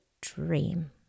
dream